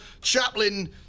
Chaplain